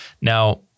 Now